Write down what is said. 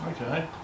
Okay